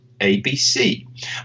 ABC